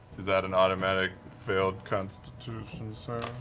is that an automatic failed constitution save?